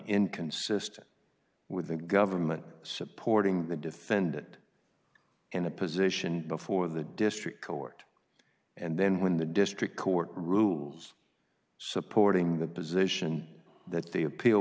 inconsistent with the government supporting the defendant and the position before the district court and then when the district court rules supporting the position that the appeal